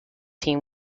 team